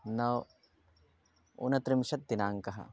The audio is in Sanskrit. नव ऊनत्रिंशत् दिनाङ्कः